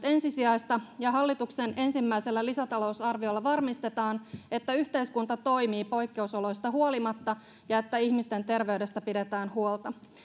ensisijaista ja hallituksen ensimmäisellä lisätalousarviolla varmistetaan että yhteiskunta toimii poikkeusoloista huolimatta ja että ihmisten terveydestä pidetään huolta